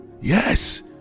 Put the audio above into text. Yes